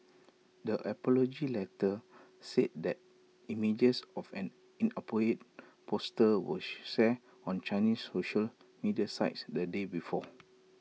the apology letter said that images of an inappropriate poster were on Chinese social media sites the day before